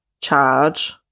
charge